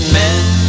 men